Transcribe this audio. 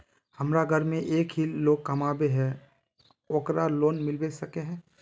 हमरा घर में एक ही लोग कमाबै है ते ओकरा लोन मिलबे सके है?